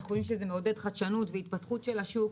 אנחנו חושבים שזה מעודד חדשנות והתפתחות של השוק.